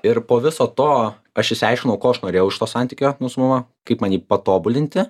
ir po viso to aš išsiaiškinau ko aš norėjau iš to santykio nu su mama kaip man jį patobulinti